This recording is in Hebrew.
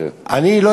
אני רוצה לומר לך,